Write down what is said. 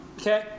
Okay